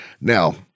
Now